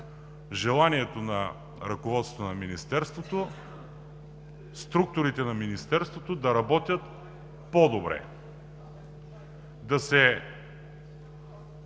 желанието на ръководството на Министерството, структурите на Министерството да работят по-добре – да се